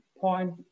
point